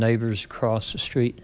neighbors across the street